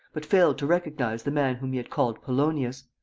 but failed to recognize the man whom he had called polonius.